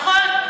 נכון.